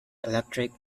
electric